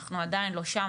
אנחנו עדיין לא שם,